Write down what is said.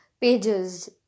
pages